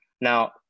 Now